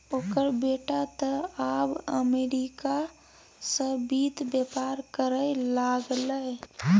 ओकर बेटा तँ आब अमरीका सँ वित्त बेपार करय लागलै